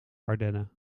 ardennen